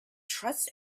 trust